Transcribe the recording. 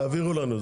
תעבירו לנו.